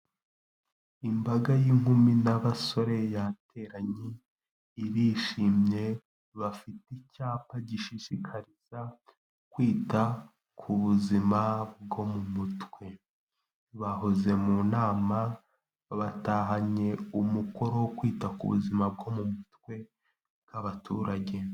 Imbaga y'inkumi n'abasore yateranye, irishimye bafite icyapa gishishikariza kwita ku buzima bwo mu mutwe, bahoze mu nama batahanye umukoro wo kwita ku buzima bwo mu mutwe nk'abaturage.